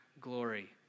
glory